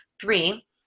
Three